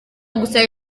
gusaba